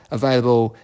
available